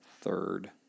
third